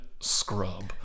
Scrub